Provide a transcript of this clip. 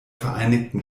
vereinigten